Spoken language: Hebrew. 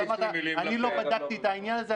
אני לא בדקתי את העניין הזה,